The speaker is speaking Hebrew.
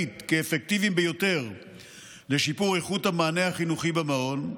כאפקטיביים ביותר לשיפור איכות המענה החינוכי במעון: